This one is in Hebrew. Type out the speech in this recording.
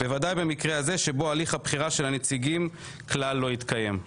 בוודאי במקרה הזה שבו הליך הבחירה של הנציגים כלל לא התקיים.